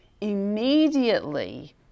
immediately